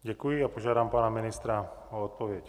Děkuji a požádám pana ministra o odpověď.